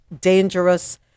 dangerous